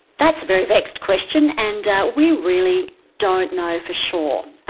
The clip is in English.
that's a very vexed question and we really don't know for sure.